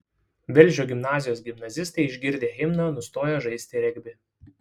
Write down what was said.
velžio gimnazijos gimnazistai išgirdę himną nustojo žaisti regbį